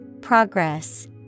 Progress